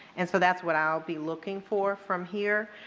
and so that's what i will be looking for from here.